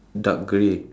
dark grey